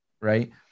right